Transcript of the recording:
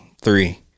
three